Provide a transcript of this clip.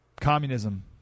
Communism